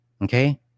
Okay